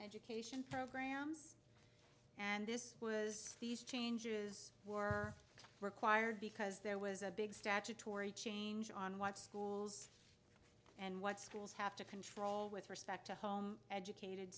education programs and this was these changes were required because there was a big statutory change on watch schools and what schools have to control with respect to home educated